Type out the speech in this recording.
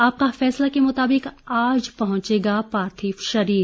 आपका फैसला के मुताबिक आज पहुंचेगा पार्थिव शरीर